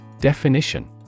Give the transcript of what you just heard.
Definition